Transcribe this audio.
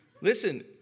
Listen